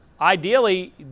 Ideally